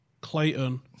Clayton